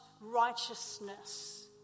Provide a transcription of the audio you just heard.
righteousness